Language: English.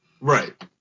Right